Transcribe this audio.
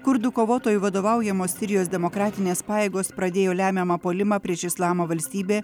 kurdų kovotojų vadovaujamos sirijos demokratinės pajėgos pradėjo lemiamą puolimą prieš islamo valstybė